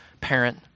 parent